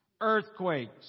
Earthquakes